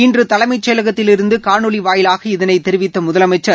இன்று தலைமைச்செயலகத்தில் இருந்து காணொலி வாயிலாக இதை தெரிவித்த முதலமைச்சர்